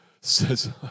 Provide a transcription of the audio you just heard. says